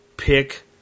pick